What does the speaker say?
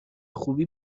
خوبی